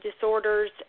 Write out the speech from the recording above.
disorders